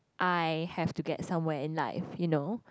I have to get somewhere in life you know